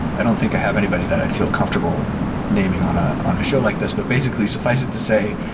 i don't think i have anybody that i'd feel comfortable naming on ah on a show like this. but basically, suffice it to say,